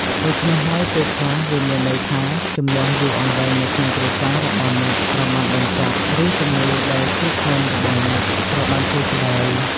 ដូច្នេះហើយពេលខ្លះវាមានន័យថា ជម្លោះយូរអង្វែងនៅក្នុងគ្រួសាររបស់អ្នកត្រូវបានបញ្ចប់ ឬជំងឺដែលឈឺធ្ងន់របស់អ្នកត្រូវបានធូរស្បើយ។